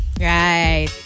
Right